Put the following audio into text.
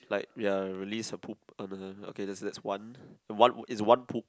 like ya release her poop uh n~ n~ okay that's that's one one it's one poop